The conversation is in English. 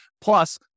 Plus